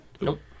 Nope